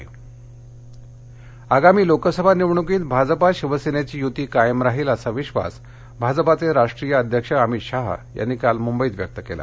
यती आगामी लोकसभा निवडणुकीत भाजपा शिवसेनेची यूती कायम राहील असा विश्वास भाजपाचे राष्टीय अध्यक्ष अमित शहा यांनी काल मुंबईत व्यक्त केला